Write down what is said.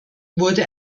wurde